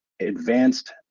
advanced